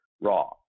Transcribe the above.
raw